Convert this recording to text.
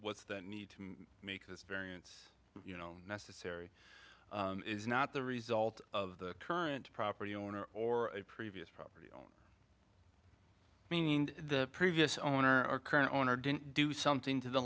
's the need to make this variance you know necessary is not the result of the current property owner or previous property and the previous owner or current owner didn't do something to the